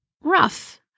rough